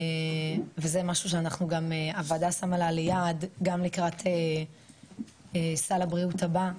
וזה משהו שהוועדה שמה לה ליעד גם לקראת סל הבריאות הבא,